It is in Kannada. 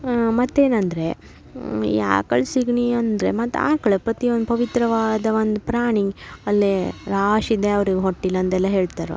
ಮತ್ತೇನಂದರೆ ಈ ಆಕ್ಳ ಸೆಗಣಿಯಂದ್ರೆ ಮತ್ತು ಆಕಳ ಪ್ರತಿ ಒಂದು ಪವಿತ್ರವಾದ ಒಂದು ಪ್ರಾಣಿ ಅಲ್ಲಿ ರಾಶಿ ದೇವರು ಹೊಟ್ಟಿಲಿ ಅಂದೆಲ್ಲ ಹೇಳ್ತರೆ